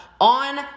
on